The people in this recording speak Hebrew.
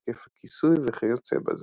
היקף הכיסוי וכיוצא בזה.